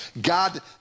God